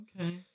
Okay